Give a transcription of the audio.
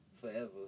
forever